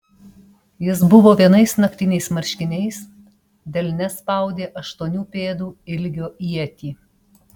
jis buvo vienais naktiniais marškiniais delne spaudė aštuonių pėdų ilgio ietį